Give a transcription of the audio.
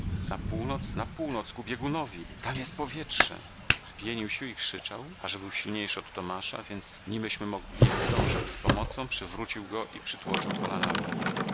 na północ na północ ku biegunowi tam jest powietrze pienił się i krzyczał a że był silniejszy od tomasza więc nimeśmy mogli zdążyć z pomocą przewrócił go i przytłoczył kolanami